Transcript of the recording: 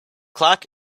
clock